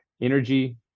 Energy